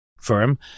firm